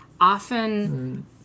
Often